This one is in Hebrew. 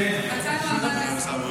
ברצינות, אל תאמין לו.